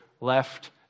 left